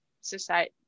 society